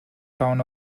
town